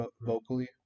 vocally